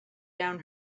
down